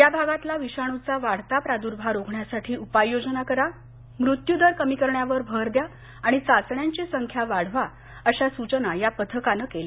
या भागातला विषाणूचा वाढता प्रादुर्भाव रोखण्यासाठी उपाययोजना करा मृत्यू दर कमी करण्यावर भर द्या आणि चाचण्यांची संख्या वाढवा अशा सूचना या पथकाने केल्या